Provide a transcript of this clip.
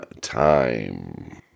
time